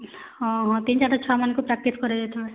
ହଁ ହଁ ତିନ୍ ଚାର୍ଟା ଛୁଆମାନ୍ଙ୍କୁ ପ୍ରାକ୍ଟିସ୍ କରେଇ ଦେଇଥିବେ